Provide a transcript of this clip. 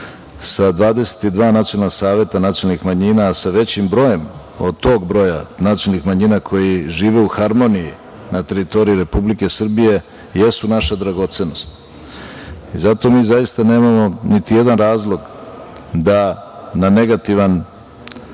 sa 22 nacionalna saveta nacionalnih manjina, sa većim brojem od tog broja nacionalnih manjina koje žive u harmoniji na teritoriji Republike Srbije jesu naša dragocenost. Zato mi zaista nemamo niti jedan razlog da na negativan